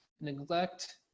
neglect